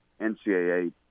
NCAA